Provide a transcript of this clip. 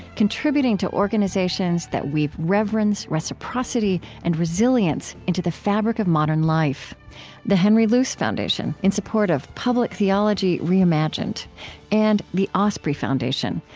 contributing to organizations that weave reverence, reciprocity, and resilience into the fabric of modern life the henry luce foundation, in support of public theology reimagined and the osprey foundation,